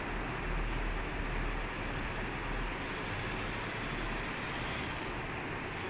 if you have to ammend one time then become forty dollars then if it's two times thirty five dollars three times thirty dollars